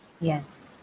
Yes